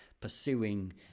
pursuing